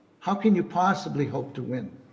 how can you possibly hope to win?